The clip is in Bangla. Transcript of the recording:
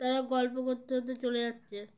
তারা গল্প করতে হতে চলে যাচ্ছে